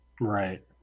Right